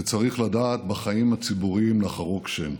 שצריך לדעת בחיים הציבוריים לחרוק שן,